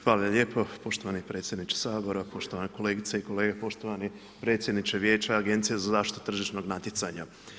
Hvala lijepo poštovani predsjedniče Sabora, poštovane kolegice i kolege, poštovani predsjedniče Vijeća Agencije za zaštitu tržišnog natjecanja.